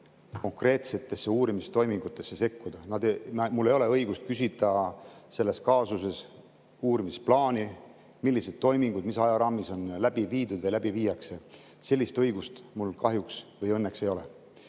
konkreetsetesse uurimistoimingutesse sekkuda. Mul ei ole õigust küsida selle kaasuse uurimisplaani, millised toimingud mis ajaraamis on läbi viidud või läbi viiakse. Sellist õigust mul kahjuks või õnneks ei ole.